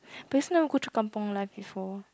but you also never go through Kampung life before